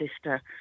sister